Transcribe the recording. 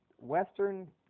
Western